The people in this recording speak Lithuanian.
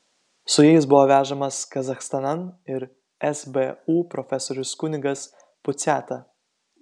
su jais buvo vežamas kazachstanan ir sbu profesorius kunigas puciata